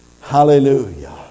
Hallelujah